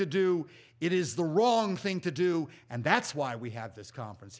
to do it is the wrong thing to do and that's why we have this conference